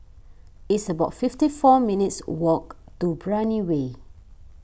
it's about fifty four minutes' walk to Brani Way